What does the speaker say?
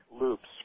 loops